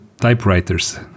typewriters